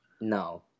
No